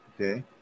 okay